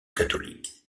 catholique